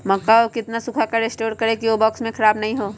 मक्का को कितना सूखा कर स्टोर करें की ओ बॉक्स में ख़राब नहीं हो?